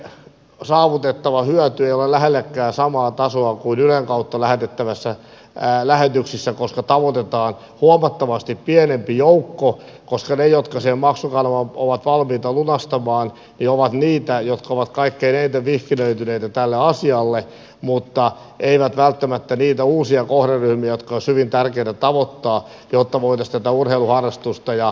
silloinkaan saavutettava hyöty ei ole lähellekään samaa tasoa kuin ylen kautta lähetettävässä lähetyksissä koska tavoitetaan huomattavasti pienempi joukko koska ne jotka sen maksukanavan ovat valmiita lunastamaan ovat niitä jotka ovat kaikkein eniten vihkiytyneitä tälle asialle mutta eivät välttämättä ole niitä uusia kohderyhmiä jotka olisivat hyvin tärkeitä tavoittaa jotta voitaisiin tätä urheiluharrastusta edistää